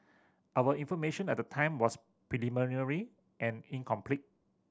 our information at the time was preliminary and incomplete